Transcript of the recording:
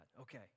Okay